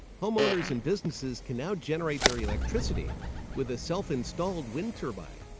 homeowners and businesses can now generate their electricity with a self-installed wind turbine.